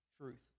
truth